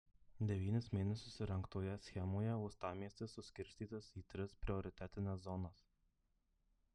devynis mėnesius rengtoje schemoje uostamiestis suskirstytas į tris prioritetines zonas